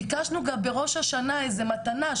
ביקשנו גם בראש השנה איזו מתנה,